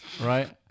right